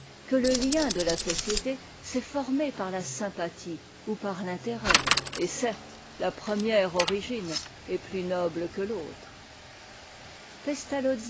que le lien de la société s'est formé par la sympathie ou par l'intérêt et certes la première origine est plus noble que l'autre